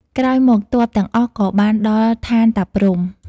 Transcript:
ក្រោយមក ទ័ពទាំងអស់ក៏បានដល់ឋានតាព្រហ្ម ។